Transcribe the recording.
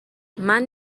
منم